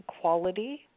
quality